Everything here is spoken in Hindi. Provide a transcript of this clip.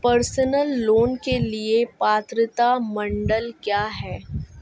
पर्सनल लोंन के लिए पात्रता मानदंड क्या हैं?